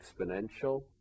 exponential